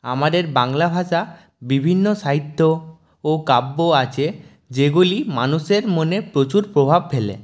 আমাদের বাংলা ভাষায় বিভিন্ন সাহিত্য ও কাব্য আছে যেগুলি মানুষের মনে প্রচুর প্রভাব ফেলে